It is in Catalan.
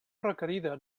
requerida